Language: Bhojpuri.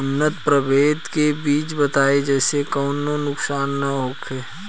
उन्नत प्रभेद के बीज बताई जेसे कौनो नुकसान न होखे?